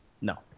no